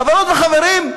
חברות וחברים,